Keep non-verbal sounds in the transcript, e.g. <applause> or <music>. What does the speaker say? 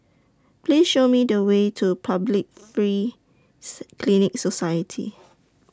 Please Show Me The Way to Public Free <noise> Clinic Society